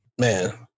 Man